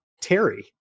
Terry